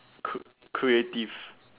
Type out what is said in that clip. c~ creative